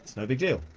no big deal.